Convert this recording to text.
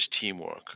teamwork